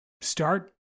start